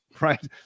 right